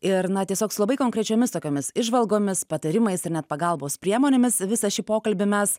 ir na tiesiog su labai konkrečiomis tokiomis įžvalgomis patarimais ir net pagalbos priemonėmis visą šį pokalbį mes